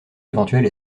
éventuelle